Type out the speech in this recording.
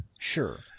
Sure